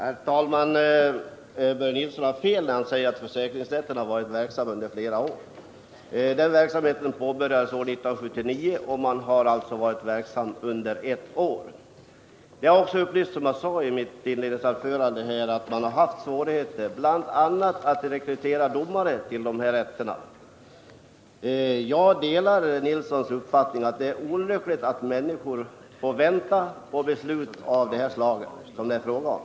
Herr talman! Börje Nilsson har fel när han säger att försäkringsrätterna har varit verksamma under flera år. Denna verksamhet påbörjades i januari år 1979, och de har alltså varit verksamma under ett år. Jag sade också i mitt inledningsanförande att man har haft svårigheter bl.a. att rekrytera domare till försäkringsrätterna. Jag delar Börje Nilssons uppfattning att det är olyckligt att människor får vänta på sådana här beslut som det nu är fråga om.